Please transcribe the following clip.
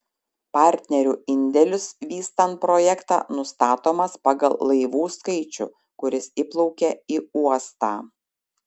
partnerių indėlis vystant projektą nustatomas pagal laivų skaičių kuris įplaukia į uostą